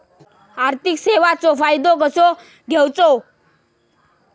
आर्थिक सेवाचो फायदो कसो घेवचो?